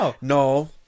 No